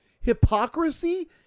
Hypocrisy